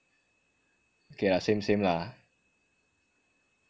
okay ah same same lah